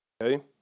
Okay